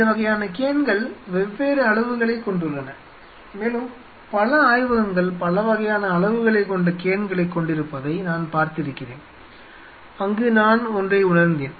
இந்த வகையான கேன்கள் வெவ்வேறு அளவுகளைக் கொண்டுள்ளன மேலும் பல ஆய்வகங்கள் பல வகையான அளவுகளைக் கொண்ட கேன்களைக் கொண்டிருப்பதை நான் பார்த்திருக்கிறேன் அங்கு நான் ஒன்றை உணர்ந்தேன்